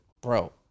Bro